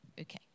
Okay